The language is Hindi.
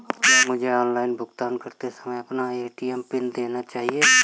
क्या मुझे ऑनलाइन भुगतान करते समय अपना ए.टी.एम पिन देना चाहिए?